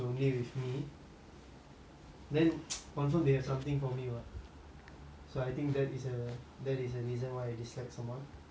then confirm they have something for me what so I think that is a that is a reason why I dislike someone pettiest னு கேட்டுட்டு இருக்காங்க:nu kettutu irukanga